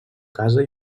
casa